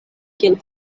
kiel